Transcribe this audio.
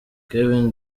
kevin